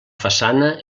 façana